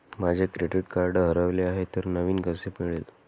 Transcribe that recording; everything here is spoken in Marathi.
माझे क्रेडिट कार्ड हरवले आहे तर नवीन कसे मिळेल?